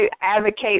advocate